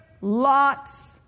lots